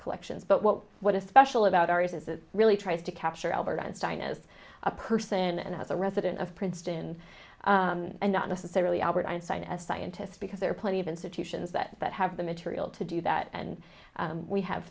collections but what what is special about arias is it really tries to capture albert einstein is a person and as a resident of princeton and not necessarily albert einstein as a scientist because there are plenty of institutions that that have the material to do that and we have